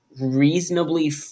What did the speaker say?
reasonably